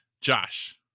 josh